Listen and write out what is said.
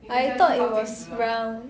I thought it was round